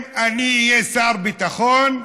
אם אני אהיה שר ביטחון,